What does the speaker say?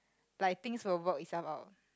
like things will work itself out